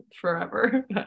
forever